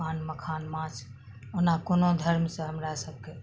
पान मखान माछ ओना कोनो धर्मसँ हमरा सभके